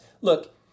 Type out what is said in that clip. Look